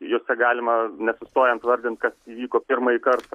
jose galima nesustojant vardint kas įvyko pirmąjį kartą